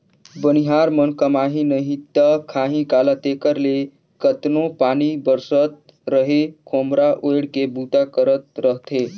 बनिहार मन कमाही नही ता खाही काला तेकर ले केतनो पानी बरसत रहें खोम्हरा ओएढ़ के बूता करत रहथे